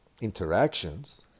interactions